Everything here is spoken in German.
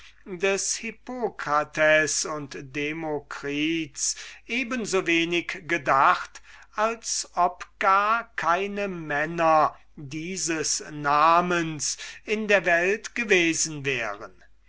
des hippokrates und demokritus eben so wenig gedacht als ob gar keine männer dieses namens in der welt gewesen wären